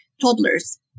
toddlers